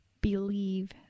believe